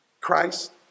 Christ